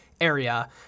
area